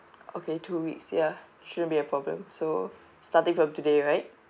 okay two weeks ya shouldn't be a problem so starting from today right